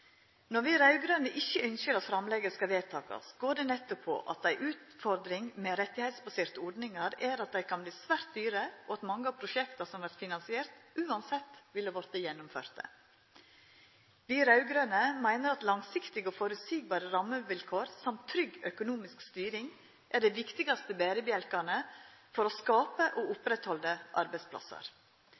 Når vi raud-grøne ikkje ønskjer at framlegget skal vedtakast, går det nettopp på at ei utfordring med rettigheitsbaserte ordningar er at dei kan verte svært dyre, og at mange av prosjekta som vert finansierte, uansett ville vorte gjennomførte. Vi raud-grøne meiner at langsiktige og føreseielege rammevilkår og trygg økonomisk styring er dei viktigaste berebjelkane for å skapa og halda ved lag arbeidsplassar.